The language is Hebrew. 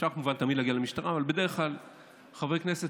אפשר כמובן תמיד להגיע למשטרה בדרך כלל חברי כנסת